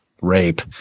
rape